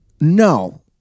No